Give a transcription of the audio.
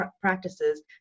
practices